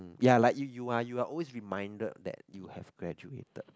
ya like you you are you are always reminded that you have graduated